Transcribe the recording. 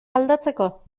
aldatzeko